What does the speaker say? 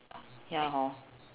ya hor